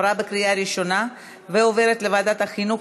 לוועדת החינוך,